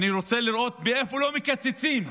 אני רוצה לראות מאיפה לא מקצצים.